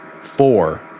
four